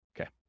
okay